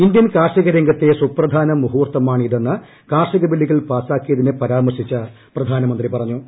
Indian കാർഷിക രംഗത്തെ സുപ്രധാന മുഹൂർത്തമാണിതെന്ന് കാർഷിക ബില്ലുകൾ പാസാക്കിയതിനെ പരാമർശിച്ച് പ്രധാനമന്ത്രി പറഞ്ഞു